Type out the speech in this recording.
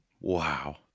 Wow